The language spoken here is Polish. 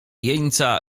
jeńca